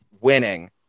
winning